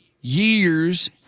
years